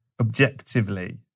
objectively